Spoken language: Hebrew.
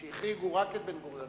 שהחריגו רק את בן-גוריון.